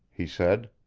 he said.